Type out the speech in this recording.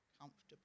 comfortable